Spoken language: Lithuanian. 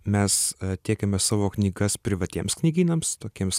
mes tiekiame savo knygas privatiems knygynams tokiems